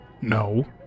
No